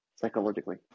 psychologically